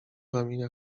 ramienia